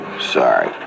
Sorry